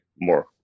more